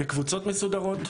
בקבוצות מסודרות.